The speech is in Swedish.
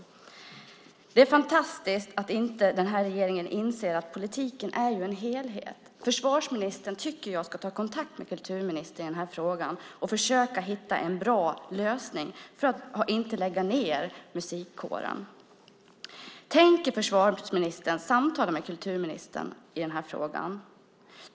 Det är fantastiskt att den här regeringen inte inser att politiken är en helhet. Jag tycker att försvarsministern ska ta kontakt med kulturministern i frågan och försöka hitta en bra lösning för att inte lägga ned musikkåren. Tänker försvarsministern samtala med kulturministern i frågan?